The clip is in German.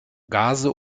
gase